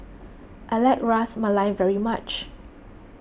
I like Ras Malai very much